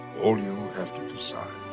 all you have to decide.